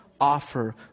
offer